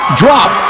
drop